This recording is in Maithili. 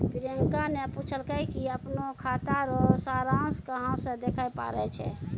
प्रियंका ने पूछलकै कि अपनो खाता रो सारांश कहां से देखै पारै छै